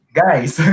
guys